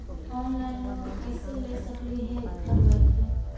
Online loan कैसे ले सकली हे घर बैठे?